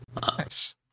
Nice